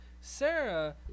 Sarah